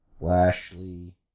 Lashley